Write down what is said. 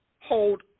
hold